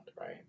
right